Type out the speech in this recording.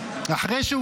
אחרי שהוא